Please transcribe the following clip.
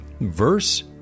Verse